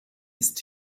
ist